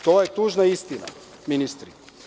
To je tužna istina, ministri.